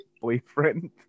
boyfriend